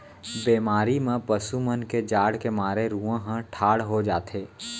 बेमारी म पसु मन के जाड़ के मारे रूआं ह ठाड़ हो जाथे